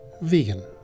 vegan